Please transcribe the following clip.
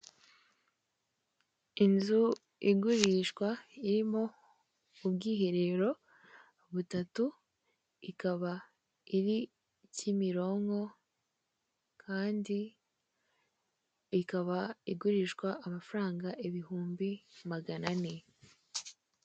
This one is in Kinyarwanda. Inzu Igurishwa irimo ubwiherero butatu, ikaba iri kimironko kandi ikiba igurishwa amafaranga ibihumbi maganane.